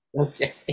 Okay